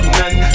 none